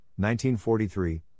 1943